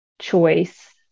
choice